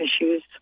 issues